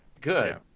good